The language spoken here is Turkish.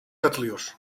katılıyor